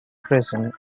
prison